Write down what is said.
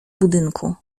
budynku